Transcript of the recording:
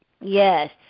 Yes